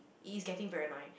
it is getting very annoying